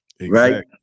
right